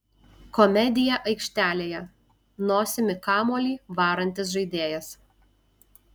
komedija aikštelėje nosimi kamuolį varantis žaidėjas